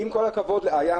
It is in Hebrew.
עם כל הכבוד לאיה,